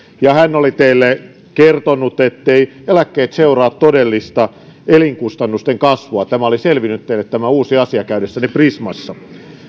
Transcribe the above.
ja hän oli teille kertonut etteivät eläkkeet seuraa todellista elinkustannusten kasvua tämä oli selvinnyt teille tämä uusi asia käydessänne prismassa